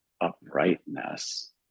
uprightness